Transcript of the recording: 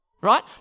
Right